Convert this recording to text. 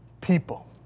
people